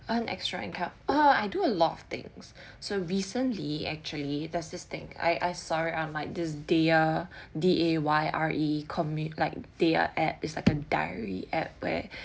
earn extra income ah I do a lot of things so recently actually there's this thing I I sorry I'm like dayre D A Y R E commit like dayre app is like a diary app where